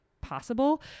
possible